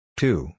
two